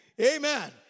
Amen